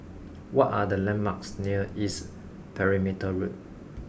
what are the landmarks near East Perimeter Road